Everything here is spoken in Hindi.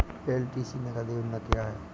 एल.टी.सी नगद योजना क्या है?